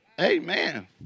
Amen